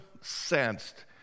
sensed